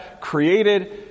created